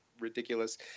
ridiculous